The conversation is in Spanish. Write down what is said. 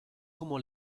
como